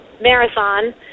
marathon